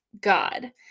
God